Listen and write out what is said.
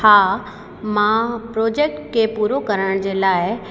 हा मां प्रोजेक्ट खे पूरो करण जे लाइ